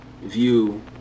view